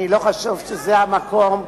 אני לא חושב שזה המקום.